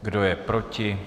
Kdo je proti?